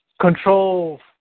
control